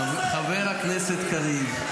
חבר הכנסת קריב,